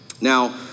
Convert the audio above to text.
Now